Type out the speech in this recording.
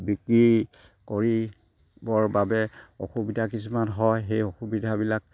বিক্ৰী কৰিবৰ বাবে অসুবিধা কিছুমান হয় সেই অসুবিধাবিলাক